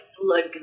look